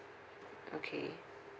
okay